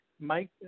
Mike